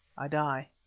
i die.